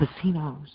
casinos